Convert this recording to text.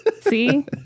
see